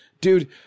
dude